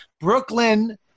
Brooklyn